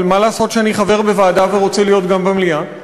אבל מה לעשות שאני חבר בוועדה ורוצה להיות גם במליאה?